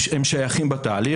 הם שייכים בתהליך,